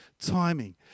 timing